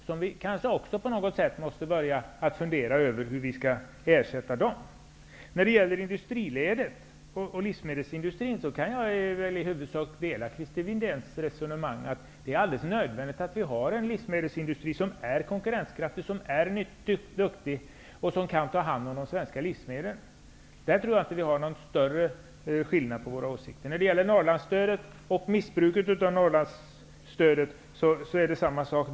Vi måste kanske också på något sätt börja fundera över hur vi skall ersätta jordbruket för detta. När det gäller industriledet och livsmedelsindustrin kan jag i huvudsak dela Christer Windéns resonemang att det är nödvändigt att vi har en livsmedelsindustri som är konkurrenskraftig och nyttig och som kan ta hand om de svenska livsmedlen. När det gäller detta tror jag inte att det är någon större skillnad på våra åsikter. Det är samma sak med Norrlandsstödet och missbruket av det.